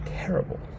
terrible